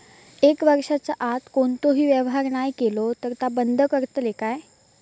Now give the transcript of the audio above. एक वर्षाच्या आत कोणतोही व्यवहार नाय केलो तर ता बंद करतले काय?